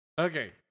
Okay